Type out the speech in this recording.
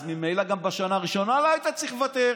אז ממילא גם בשנה הראשונה לא היית צריך לוותר.